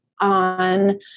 on